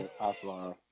Aslan